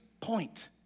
point